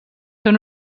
són